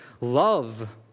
love